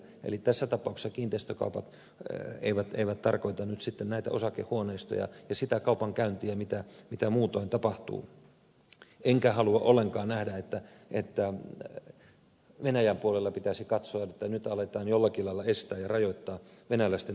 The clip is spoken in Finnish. eli tässä tapauksessa kiinteistökaupat eivät tarkoita nyt sitten näitä osakehuoneistoja ja sitä kaupankäyntiä mitä muutoin tapahtuu enkä halua ollenkaan nähdä että venäjän puolella pitäisi katsoa että nyt aletaan jollakin lailla estää ja rajoittaa venäläisten toimintaa suomessa